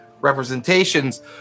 representations